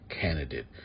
candidate